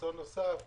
אסון נוסף,